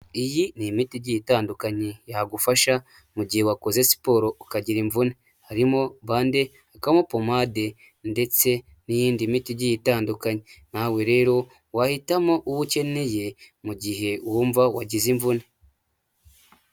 Iyi ni imiti igiye itandukanye, yagufasha mu gihe wakoze siporo ukagira imvune, harimo bande, hakabamo pomade ndetse n'iyindi miti igiye itandukanye, nawe rero wahitamo uwo ukeneye mu gihe wumva wagize imvune.